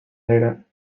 later